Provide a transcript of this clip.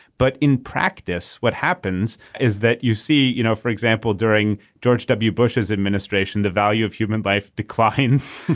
but in practice what happens is that you see you know for example during george w. bush's administration the value of human life declines.